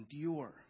endure